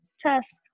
test